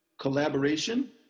collaboration